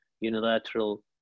unilateral